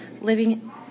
living